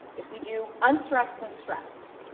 if we do unstressed and stressed.